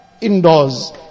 Indoors